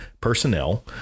personnel